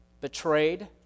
betrayed